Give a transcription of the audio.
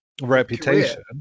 reputation